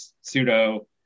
pseudo